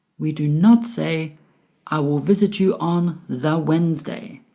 we do not say i will visit you on the wednesday,